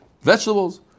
vegetables